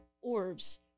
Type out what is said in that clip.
orbs